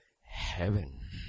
heaven